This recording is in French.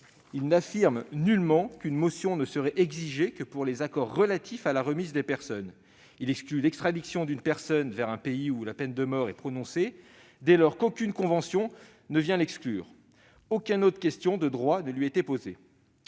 il n'énonce nullement qu'une mention ne serait exigée que pour les accords relatifs à la remise des personnes. Cette décision exclut l'extradition d'une personne vers un pays où la peine de mort est prononcée, dès lors qu'aucune convention ne vient l'exclure ; aucune autre question de droit ne lui était posée.